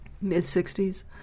mid-60s